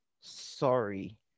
sorry